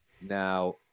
Now